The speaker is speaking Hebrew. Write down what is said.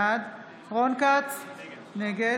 בעד רון כץ, נגד